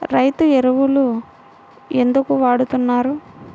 రైతు ఎరువులు ఎందుకు వాడుతున్నారు?